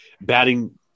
batting